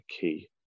key